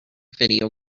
video